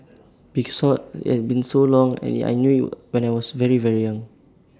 because IT had been so long and I knew IT when I was very very young